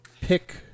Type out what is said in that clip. pick